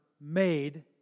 made